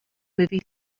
movie